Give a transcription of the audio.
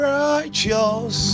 righteous